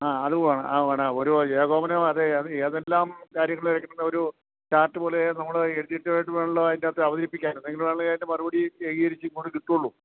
ആ അതു പോകണം ഒരു ഏകോപനം അത് ഏതെല്ലാം കാര്യങ്ങളില് ഒരു ചാർട്ട് പോലെ നമ്മള് എഴുതിയിട്ടു വേണമല്ലോ അതിന്റെയകത്ത് അവതരിപ്പിക്കാന് എന്നെങ്കിലെ അതിൻ്റെ മറുപടി ഏകീകരിച്ച് ഇങ്ങോട്ട് കിട്ടുകയുള്ളൂ